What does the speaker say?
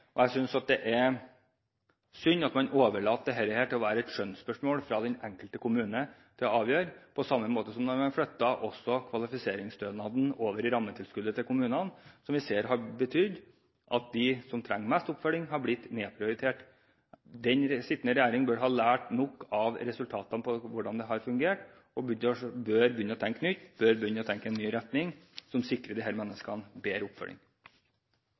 arbeid. Jeg synes det er synd at man lar det være et skjønnsspørsmål som man overlater til den enkelte kommune å avgjøre – på samme måte som en også har flyttet kvalifiseringsstønaden over i rammetilskuddet til kommunene, noe vi ser har betydd at de som trenger mest oppfølging, har blitt nedprioritert. Den sittende regjering bør ha lært nok av resultatene fra hvordan det har fungert og bør begynne å tenke nytt – bør begynne å tenke i en ny retning som sikrer disse menneskene bedre oppfølging.